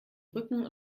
rücken